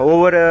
Over